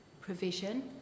provision